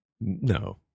no